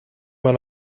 man